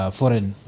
foreign